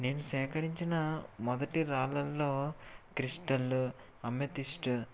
నేను సేకరించిన మొదటి రాళ్ళల్లో క్రిష్టల్ అమితిష్టు